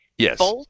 Yes